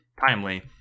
timely